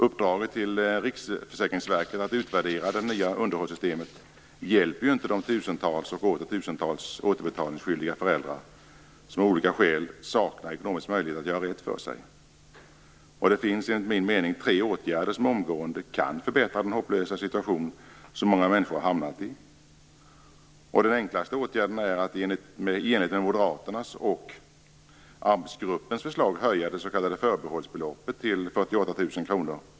Uppdraget till Riksförsäkringsverket att utvärdera det nya underhållssystemet hjälper inte de tusentals och åter tusentals återbetalningsskyldiga föräldrar som av olika skäl saknar ekonomisk möjlighet att göra rätt för sig. Det finns enligt min mening tre åtgärder som omgående kan förbättra den hopplösa situation som många människor har hamnat i. Den enklaste åtgärden är att i enlighet med Moderaternas och AMS 48 000 kr.